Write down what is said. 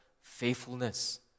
faithfulness